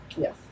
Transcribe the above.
Yes